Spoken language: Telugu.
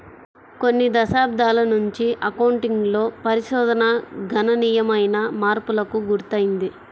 కొన్ని దశాబ్దాల నుంచి అకౌంటింగ్ లో పరిశోధన గణనీయమైన మార్పులకు గురైంది